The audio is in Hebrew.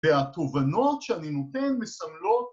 ‫והתובנות שאני נותן מסמלות...